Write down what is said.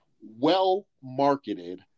well-marketed